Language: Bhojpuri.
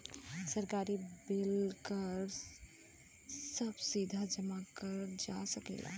सरकारी बिल कर सभ सीधा जमा करल जा सकेला